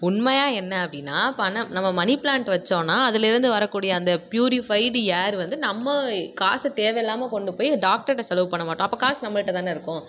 உண்மையாக என்ன அப்படின்னா பணம் நம்ம மணி ப்ளாண்ட் வைச்சோன்னா அதுலேருந்து வரக்கூடிய அந்த ப்யூரிஃபைடு ஏர் வந்து நம்ம காசை தேவை இல்லாமல் கொண்டு போய் டாக்டர்ட்ட செலவு பண்ண மாட்டோம் அப்போ காசு நம்மள்ட்ட தானே இருக்கும்